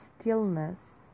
stillness